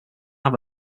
have